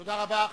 תודה רבה.